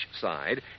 side